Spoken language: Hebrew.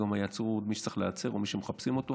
וגם יעצרו את מי שצריך להיעצר או את מי שמחפשים אותו,